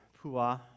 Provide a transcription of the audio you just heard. Puah